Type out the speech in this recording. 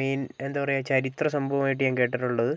main എന്താ പറയുക ചരിത്ര സംഭവമായിട്ട് ഞാൻ കേട്ടിട്ടുള്ളത്